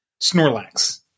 Snorlax